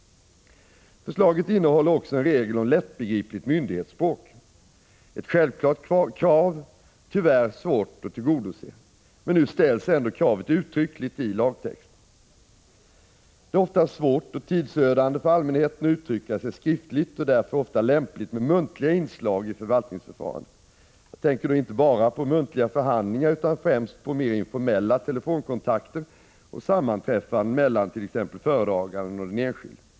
Förslaget innehåller också en regel om lättbegripligt myndighetsspråk. Det är ett självklart krav, som tyvärr är svårt att tillgodose, men nu ställs ändå kravet uttryckligt i lagtexten. Det är ibland svårt och tidsödande för allmänheten att uttrycka sig skriftligt och därför ofta lämpligt med muntliga inslag i förvaltningsförfarandet. Jag tänker då inte bara på muntliga förhandlingar utan främst på mera informella telefonkontakter och sammanträffanden mellant.ex. föredraganden och den enskilde.